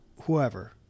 whoever